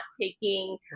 taking